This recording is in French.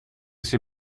ses